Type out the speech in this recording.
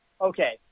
okay